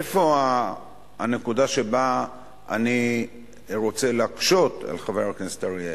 איפה הנקודה שבה אני רוצה להקשות על חבר הכנסת אריאל?